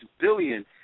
billion